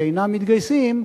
שאינם מתגייסים,